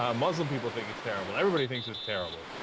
um muslim people think it's terrible everythings is terrible